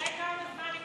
סעיף 12,